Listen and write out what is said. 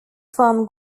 farm